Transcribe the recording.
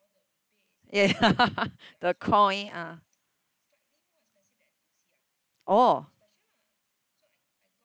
ya the coin ah oh